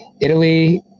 Italy